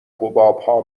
حبابها